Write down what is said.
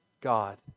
God